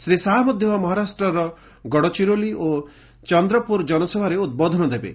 ଶ୍ରୀ ଶାହା ମଧ୍ୟ ମହାରାଷ୍ଟ୍ରର ଗଡଚିରୋଲି ଓ ଚନ୍ଦ୍ରପୁର ଜନସଭାରେ ଉଦ୍ବୋଧନ ଦେବେ